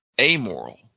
amoral